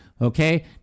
okay